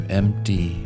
empty